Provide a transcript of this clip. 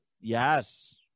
Yes